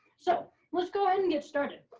so let's go ahead and get started.